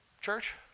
Church